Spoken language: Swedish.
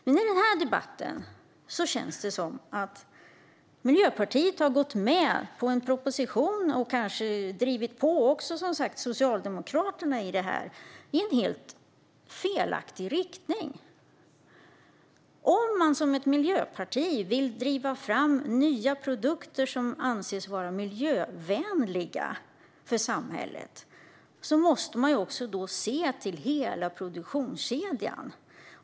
Men i den här debatten känns det som att Miljöpartiet har gått med på en proposition, och kanske också drivit på Socialdemokraterna, som går i en helt felaktig riktning. Om man som ett miljöparti vill driva fram nya produkter som anses vara miljövänliga måste man också se till hela produktionskedjan.